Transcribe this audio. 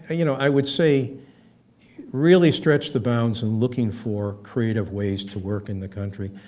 ah you know i would say really stretch the bounds in looking for creative ways to work in the country,